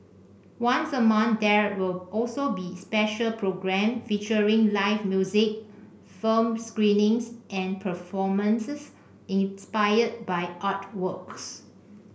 once a month there will also be a special programme featuring live music film screenings and performances inspired by artworks